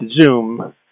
Zoom